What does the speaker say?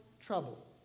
trouble